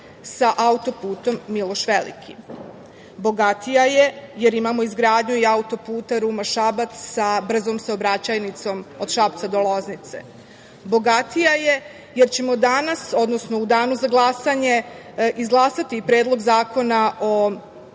sa auto-putom „Miloš Veliki“.Bogatija je jer imamo izgradnju i auto-puta Ruma-Šabac sa brzom saobraćajnicom od Šapca do Loznice. Bogatija je jer ćemo danas, odnosno u danu za glasanje izglasati Predlog zakona o